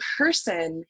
person